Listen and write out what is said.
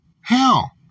Hell